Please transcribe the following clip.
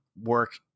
work